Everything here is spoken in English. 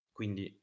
Quindi